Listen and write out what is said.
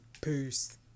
Peace